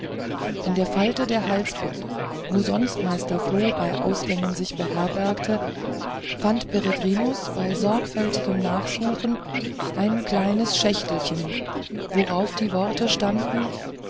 in der falte der halsbinde wo sonst meister floh bei ausgängen sich beherbergt fand peregrinus bei sorgfältigerem nachsuchen ein kleines schächtelchen worauf die worte standen